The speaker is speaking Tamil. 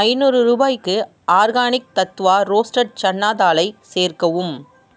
ஐநூறு ரூபாய்க்கு ஆர்கானிக் தத்வா ரோஸ்டட் சன்னா தாலை சேர்க்கவும்